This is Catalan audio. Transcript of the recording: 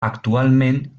actualment